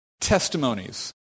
testimonies